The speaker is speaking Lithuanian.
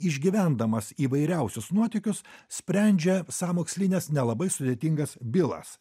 išgyvendamas įvairiausius nuotykius sprendžia sąmokslines nelabai sudėtingas bylas